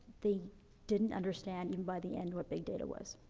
they didn't understand, by the end, what big data was.